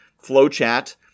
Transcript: Flowchat